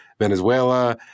venezuela